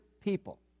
people